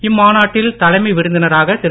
இம்மாநாட்டில் தலைமை விருந்தினராக திரு